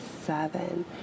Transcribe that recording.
seven